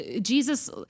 Jesus